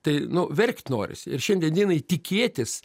tai nu verkt norisi ir šiandien dienai tikėtis